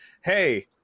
hey